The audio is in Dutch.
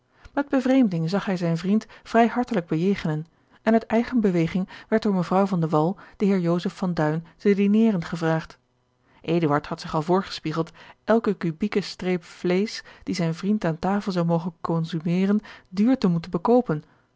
met bevreemding zag hij zijn vriend vrij hartelijk bejegenen en uit eigen beweging werd door mevrouw van de wall de heer joseph van duin te dineren gevraagd eduard had zich al voorgespiegeld elke kubieke streep vleesch die zijn vriend aan tafel zou mogen consumeren duur te moeten bekoopen